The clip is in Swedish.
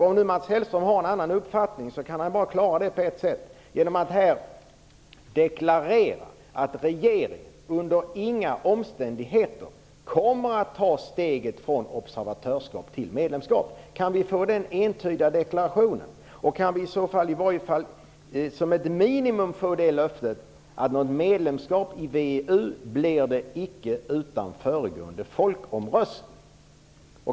Om Mats Hellström har en annan uppfattning kan han bara klara det på ett sätt, nämligen genom att här deklarera att regeringen under inga omständigheter kommer att ta steget från observatörsskap till medlemskap. Kan vi få en sådan entydig deklaration? Kan vi åtminstone som ett minimum få ett löfte om att det inte skall bli fråga om ett medlemskap utan föregående folkomröstning?